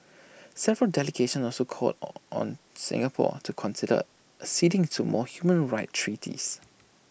several delegations also called on Singapore to consider acceding to more human rights treaties